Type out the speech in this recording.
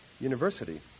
university